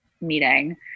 meeting